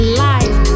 life